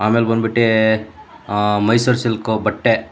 ಆಮೇಲೆ ಬಂದ್ಬಿಟ್ಟು ಮೈಸೂರು ಸಿಲ್ಕು ಬಟ್ಟೆ